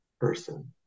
person